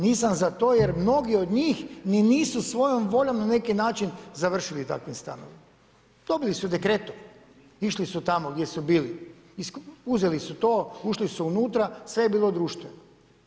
Nisam za to jer mnogi od njih ni nisu svojom voljom na neki način završili u takvim stanovima, dobili su dekretom, išli su tamo gdje su bili, uzeli su to, ušli su unutra sve je bilo društveno.